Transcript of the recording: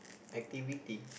activity